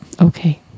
Okay